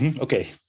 Okay